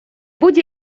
будь